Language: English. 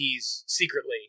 secretly